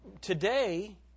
today